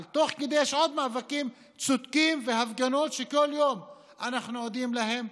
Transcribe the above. אבל תוך כדי יש עוד מאבקים צודקים והפגנות שכל יום אנחנו עדים להם,